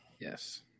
yes